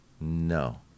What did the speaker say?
No